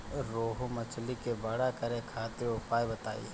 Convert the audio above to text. रोहु मछली के बड़ा करे खातिर उपाय बताईं?